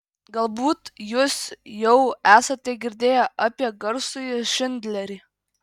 galbūt jūs jau esate girdėję apie garsųjį šindlerį